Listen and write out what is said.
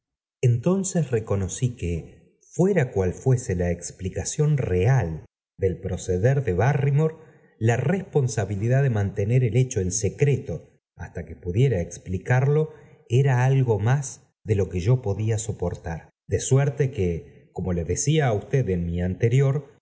entonces reconocí que fuera cual fuese la explicación real del proceder de barrymore la responsabilidad de mantener el hecho en secreto hasta que pudiera explicarlo era algo más de lo que yo podía soportar de suerte que como le decía á usted en mi anterior